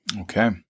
Okay